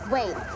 Wait